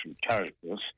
characters